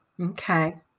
Okay